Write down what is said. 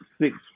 six